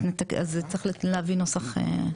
אז צריך להביא נוסח.